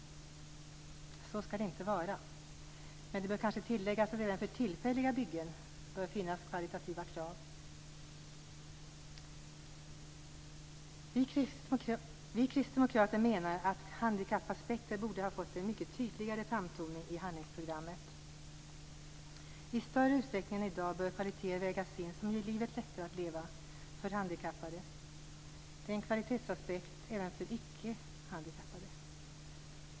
Så skall det inte vara. Men det bör kanske tilläggas att det bör finnas kvalitativa krav även för tillfälliga byggen. Vi kristdemokrater menar att handikappaspekter borde ha fått en mycket tydligare framtoning i handlingsprogrammet. I större utsträckning än i dag bör sådana kvaliteter som gör livet lättare att leva för handikappade vägas in. Det är en kvalitetsaspekt även för icke-handikappade.